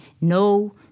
no